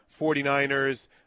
49ers